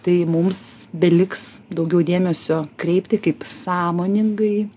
tai mums beliks daugiau dėmesio kreipti kaip sąmoningai